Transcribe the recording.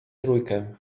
trójkę